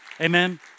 Amen